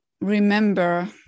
remember